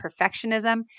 perfectionism